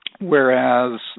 whereas